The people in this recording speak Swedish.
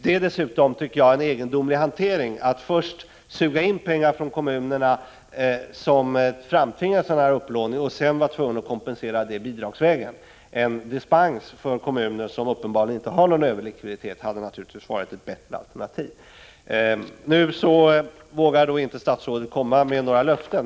Det är dessutom en egendomlig hantering att först suga in pengar från kommunerna som framtvingar upplåning och sedan kompensera detta bidragsvägen. En dispens för kommuner som uppenbarligen inte har någon överlikviditet hade naturligtvis varit ett bättre alternativ. Statsrådet vågade inte ge några löften.